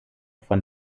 von